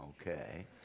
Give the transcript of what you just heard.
okay